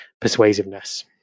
persuasiveness